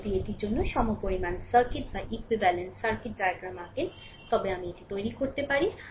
আপনি যদি এটির জন্য সমপরিমাণ সার্কিট ইক্যুইভ্যালেন্ট সার্কিট ডায়াগ্রাম আঁকেন তবে আমি এটি তৈরি করতে পারি